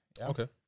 Okay